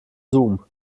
zoom